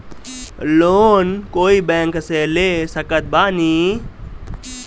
Loan कोई bank से ले सकत बानी?